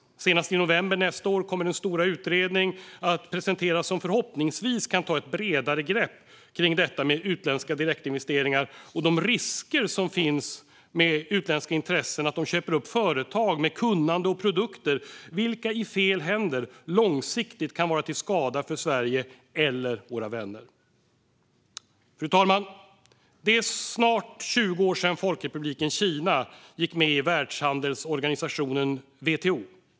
Senast i november nästa år kommer den stora utredning att presenteras som förhoppningsvis kan ta ett bredare grepp kring detta med utländska direktinvesteringar och de risker som finns med att utländska intressen köper upp företag med kunnande och produkter som i fel händer långsiktigt kan vara till skada för Sverige eller våra vänner. Fru talman! Det är snart 20 år sedan Folkrepubliken Kina gick med i Världshandelsorganisationen, WTO.